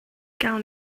gawn